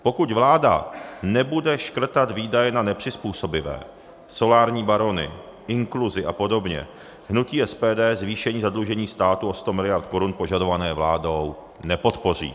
Pokud vláda nebude škrtat výdaje na nepřizpůsobivé, solární barony, inkluzi apod., hnutí SPD zvýšení zadlužení státu o 100 miliard požadované vládou nepodpoří.